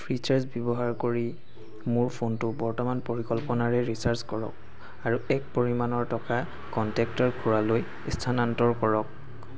Freecharge ব্যৱহাৰ কৰি মোৰ ফোনটো বৰ্তমান পৰিকল্পনাৰে ৰিচাৰ্জ কৰক আৰু এক পৰিমাণৰ টকা কনটেক্টৰ খুড়ালৈ স্থানান্তৰ কৰক